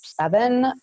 seven